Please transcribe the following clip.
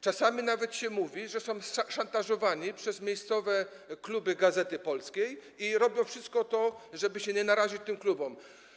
Czasami nawet się mówi, że ambasadorowie są szantażowani przez miejscowe kluby „Gazety Polskiej” i robią to wszystko, żeby się nie narazić tym klubom.